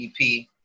EP